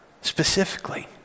specifically